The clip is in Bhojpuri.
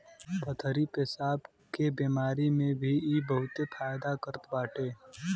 पथरी पेसाब के बेमारी में भी इ बहुते फायदा करत बाटे